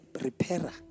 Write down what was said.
repairer